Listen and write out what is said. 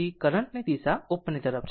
તેથી કરંટ ની દિશા ઉપરની તરફ છે